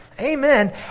amen